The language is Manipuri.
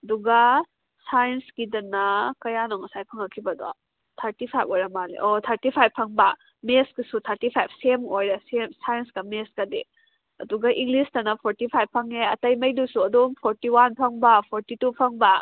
ꯑꯗꯨꯒ ꯁꯥꯏꯟꯁꯀꯤꯗꯅ ꯀꯌꯥꯅꯣ ꯉꯁꯥꯏ ꯐꯪꯉꯛꯈꯤꯕꯗꯣ ꯊꯥꯔꯇꯤ ꯐꯥꯏꯞ ꯑꯣꯏꯔ ꯃꯥꯜꯂꯦ ꯑꯣ ꯊꯥꯔꯇꯤ ꯐꯥꯏꯞ ꯐꯪꯕ ꯃꯦꯠꯁꯀꯤꯁꯨ ꯊꯥꯔꯇꯤ ꯐꯥꯏꯞ ꯁꯦꯝ ꯑꯣꯏꯔꯦ ꯁꯦꯝ ꯁꯥꯏꯟꯁꯀ ꯃꯦꯠꯁꯀꯗꯤ ꯑꯗꯨꯒ ꯏꯪꯂꯤꯁꯇꯅ ꯐꯣꯔꯇꯤ ꯐꯥꯏꯞ ꯐꯪꯉꯦ ꯑꯇꯩꯉꯩꯗꯨꯁꯨ ꯑꯗꯨꯝ ꯐꯣꯔꯇꯤ ꯋꯥꯟ ꯐꯪꯕ ꯐꯣꯔꯇꯤ ꯇꯨ ꯐꯪꯕ